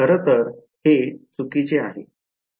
तर खरं तर हे चुकीचे आहे